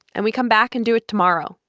and we come back and do it tomorrow.